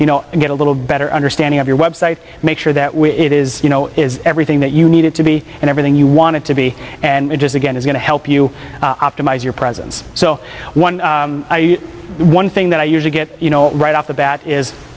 you know get a little better understanding of your website make sure that we it is you know is everything that you need it to be and everything you want to be and just again is going to help you optimize your presence so one one thing that i use to get you know right off the bat is